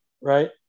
right